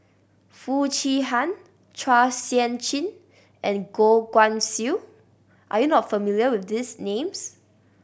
Foo Chee Han Chua Sian Chin and Goh Guan Siew are you not familiar with these names